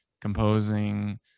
composing